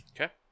Okay